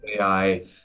AI